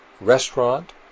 restaurant